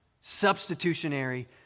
Substitutionary